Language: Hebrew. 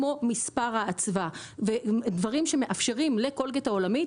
כמו מספר האצווה ודברים שמאפשרים לקולגייט העולמית